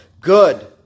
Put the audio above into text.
Good